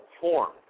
form